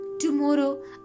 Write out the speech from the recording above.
Tomorrow